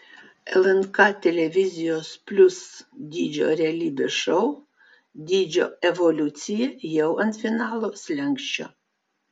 lnk televizijos plius dydžio realybės šou dydžio evoliucija jau ant finalo slenksčio